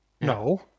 No